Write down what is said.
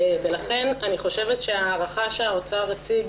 לכן ההערכה שהאוצר הציג